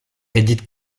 édith